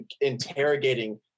interrogating